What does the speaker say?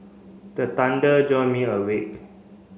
the thunder jolt me awake